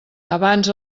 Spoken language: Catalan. abans